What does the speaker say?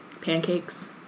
Pancakes